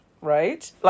right